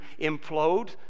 implode